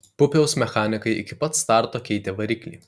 pupiaus mechanikai iki pat starto keitė variklį